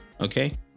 Okay